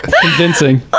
Convincing